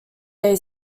day